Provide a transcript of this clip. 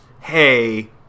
hey